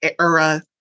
era